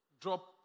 drop